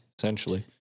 essentially